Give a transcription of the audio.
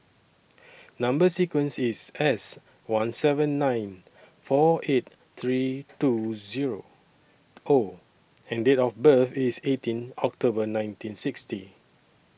Number sequence IS S one seven nine four eight three two Zero O and Date of birth IS eighteen October nineteen sixty